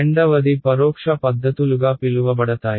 రెండవది పరోక్ష పద్ధతులుగా పిలువబడతాయి